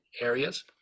areas